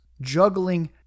juggling